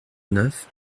neuf